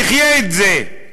נחיה את זה.